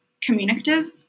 communicative